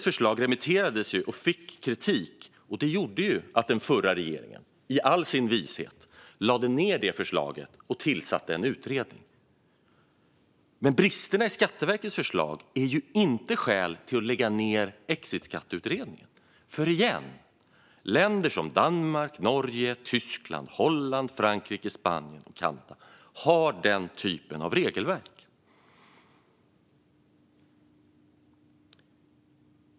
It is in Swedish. Förslaget remitterades och fick kritik, vilket gjorde att den förra regeringen, i all sin vishet, övergav det förslaget och tillsatte en utredning. Men bristerna i Skatteverkets förslag är inte ett skäl att lägga ned den så kallade exitskatteutredningen. Återigen: Länder som Danmark, Norge, Tyskland, Holland, Frankrike, Spanien och Kanada har denna typ av regelverk.